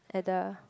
at the